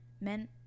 men